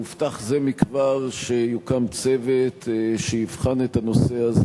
הובטח זה מכבר שיוקם צוות שיבחן את הנושא הזה.